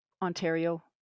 Ontario